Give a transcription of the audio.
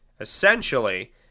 essentially